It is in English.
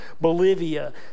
Bolivia